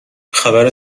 خبر